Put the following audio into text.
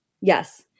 Yes